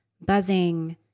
buzzing